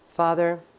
Father